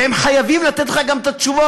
והם חייבים לתת לך גם את התשובות,